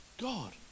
God